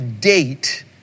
date